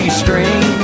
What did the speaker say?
screen